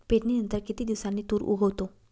पेरणीनंतर किती दिवसांनी तूर उगवतो?